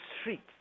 streets